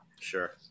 Sure